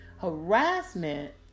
Harassment